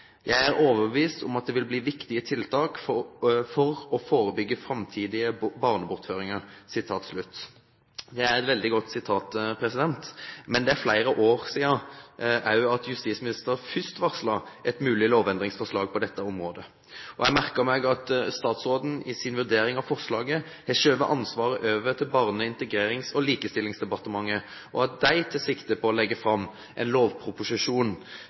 Jeg er overbevist om at det vil bli viktige tiltak for å forebygge framtidige barnebortføringer.» Det er et veldig godt sitat, men det er flere år siden en justisminister første gang varslet et mulig lovendringsforslag på dette området. Jeg merket meg at statsråden i sin vurdering av forslaget har skjøvet ansvaret over til Barne-, likestillings- og inkluderingsdepartementet, og at de tar sikte på å legge fram en lovproposisjon